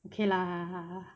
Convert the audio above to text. okay lah